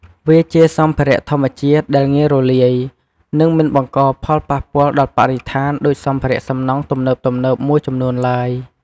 វាជាសម្ភារៈធម្មជាតិដែលងាយរលាយ និងមិនបង្កផលប៉ះពាល់ដល់បរិស្ថានដូចសម្ភារៈសំណង់ទំនើបៗមួយចំនួនឡើយ។